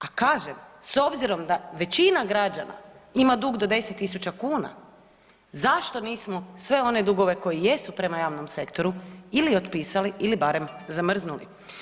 A kažem s obzirom da većina građana ima dug do 10.000 kuna zašto nismo sve one dugove koji jesu prema javnom sektoru ili otpisali ili barem zamrznuli?